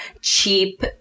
cheap